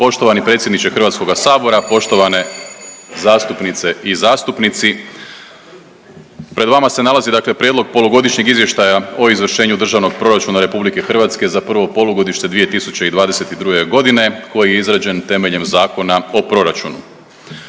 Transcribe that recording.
Poštovani predsjedniče Hrvatskoga sabora, poštovane zastupnice i zastupnici, pred vama se nalazi dakle Prijedlog Polugodišnjeg izvještaja o izvršenju Državnog proračuna RH za prvo polugodište 2022. godine koji je izrađen temeljem Zakona o proračunu.